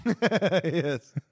Yes